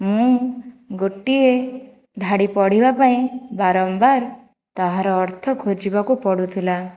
ମୁଁ ଗୋଟିଏ ଧାଡ଼ି ପଢ଼ିବା ପାଇଁ ବାରମ୍ବାର ତାହାର ଅର୍ଥ ଖୋଜିବାକୁ ପଡ଼ୁଥିଲା